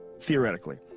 Theoretically